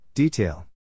Detail